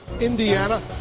Indiana